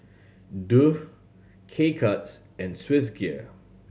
Doux K Cuts and Swissgear